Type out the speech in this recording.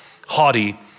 haughty